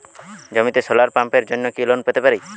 জমিতে সোলার পাম্পের জন্য কি লোন পেতে পারি?